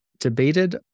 Debated